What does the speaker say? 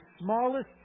smallest